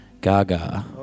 Gaga